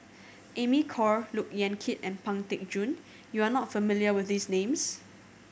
Amy Khor Look Yan Kit and Pang Teck Joon you are not familiar with these names